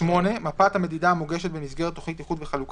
(8)מפת המדידה המוגשת במסגרת תכנית איחוד וחלוקה